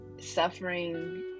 suffering